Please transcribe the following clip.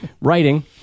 writing